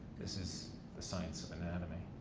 this is the science of anatomy.